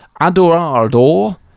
Adorador